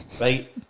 right